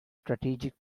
strategic